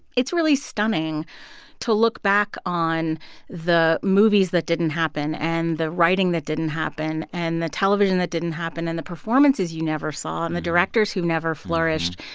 it's really stunning to look back on the movies that didn't happen and the writing that didn't happen and the television that didn't happen and the performances you never saw and the directors who never flourished.